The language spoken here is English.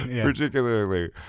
particularly